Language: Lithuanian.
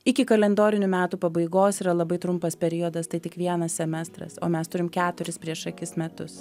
iki kalendorinių metų pabaigos yra labai trumpas periodas tai tik vienas semestras o mes turim keturis prieš akis metus